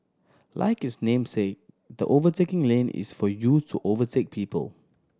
like its namesake the overtaking lane is for you to overtake people